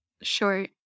Sure